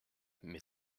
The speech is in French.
mais